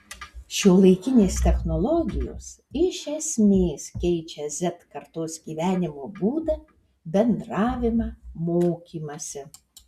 šiuolaikinės technologijos iš esmės keičia z kartos gyvenimo būdą bendravimą mokymąsi